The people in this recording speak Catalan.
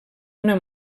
una